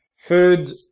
food